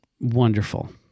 wonderful